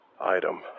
item